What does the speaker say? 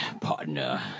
partner